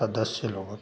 आठ दस से लोगों